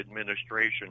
administration